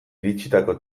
iritsitako